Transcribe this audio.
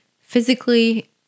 physically